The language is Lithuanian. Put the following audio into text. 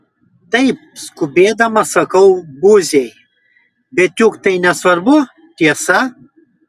taip skubėdamas sakau buziai bet juk tai nesvarbu tiesa